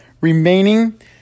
remaining